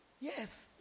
Yes